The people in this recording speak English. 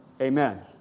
Amen